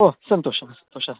ओ सन्तोषः सन्तोषः